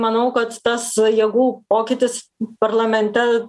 manau kad tas jėgų pokytis parlamente